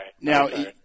now